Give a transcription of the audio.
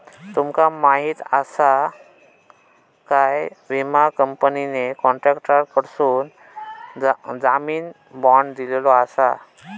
तुमका माहीत आसा काय, विमा कंपनीने कॉन्ट्रॅक्टरकडसून जामीन बाँड दिलेलो आसा